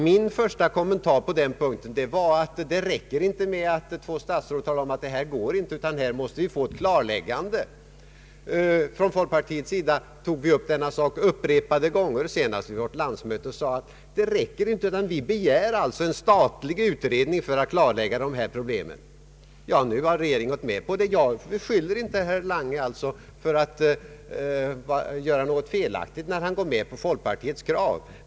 Min första kommentar var då att det inte räcker att två statsråd säger att det inte går, utan här måste vi få ett klarläggande. Från folkpartiets sida tog vi upp denna sak upprepade gånger, senast vid vårt landsmöte, och sade att vi begär en statlig utredning för att klarlägga dessa problem. Nu har regeringen gått med på det. Jag beskyller inte herr Lange för att göra något felaktigt när han går med på folkpartiets krav.